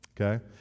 Okay